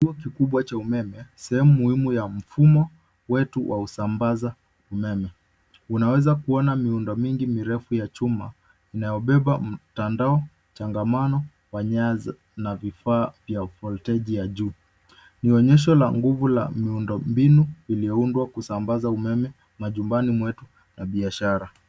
Kituo kikubwa cha umeme, sehemu muhimu ya mfumo wetu wa usambaza umeme. Unaweza kuona miundo mingi mirefu ya chuma inayobeba mtandao changamano wa nyaya na vifaa vya volteji ya juu. Ni onyesho la nguvu la miundo mbinu ulioundwa kusambaza umeme majumbani mwetu na biashara.